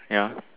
ya